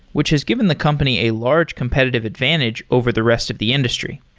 which is given the company a large competitive advantage over the rest of the industry.